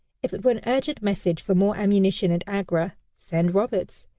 if it were an urgent message for more ammunition, at agra, send roberts.